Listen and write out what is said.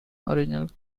original